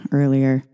earlier